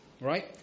Right